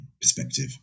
perspective